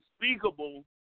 unspeakable